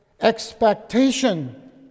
expectation